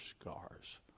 scars